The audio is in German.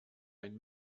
ein